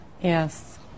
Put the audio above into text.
Yes